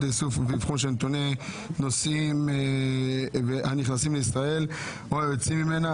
לאיסוף נתוני נוסעים הנכנסים לישראל או היוצאים ממנה,